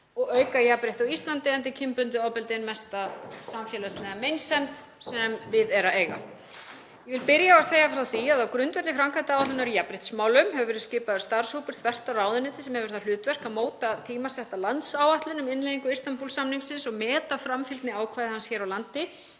og auka jafnrétti á Íslandi, enda er kynbundið ofbeldi ein mesta samfélagslega meinsemd sem við er að eiga. Ég vil byrja á að segja frá því að á grundvelli framkvæmdaáætlunar í jafnréttismálum hefur verið skipaður starfshópur þvert á ráðuneyti sem hefur það hlutverk að móta tímasetta landsáætlun um innleiðingu Istanbúl-samningsins og meta framfylgni ákvæða hans hér á landi.